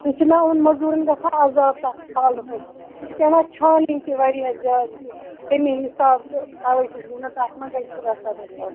سۄ چھَ نا یِمن مٔزوٗرَن گژھان عذاب تَتھ کھالنَس منٛز سۄ چھِ پیٚوان چھانٕنۍ تہِ واریاہ زیادٕ تٔمے حِساب تہٕ تؤے چھیٚس بہٕ ونان تَتھ ما گژھہِ شُراہ سداہ ساس